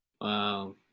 Wow